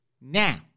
Now